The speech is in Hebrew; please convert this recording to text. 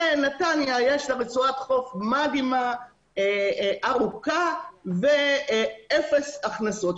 לנתניה יש רצועת חוף מדהימה וארוכה ואפס הכנסות.